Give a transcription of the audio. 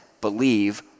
believe